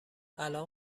الان